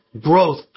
growth